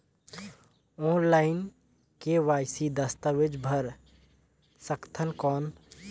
Online KYC दस्तावेज भर सकथन कौन?